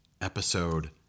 episode